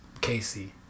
Casey